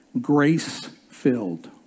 grace-filled